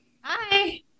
Hi